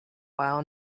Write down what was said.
while